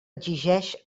exigeixen